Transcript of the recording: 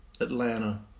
atlanta